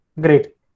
great